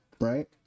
right